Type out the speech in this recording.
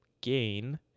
gain